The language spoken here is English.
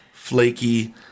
Flaky